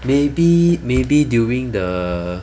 maybe maybe during the